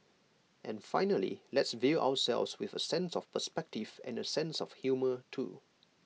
and finally let's view ourselves with A sense of perspective and A sense of humour too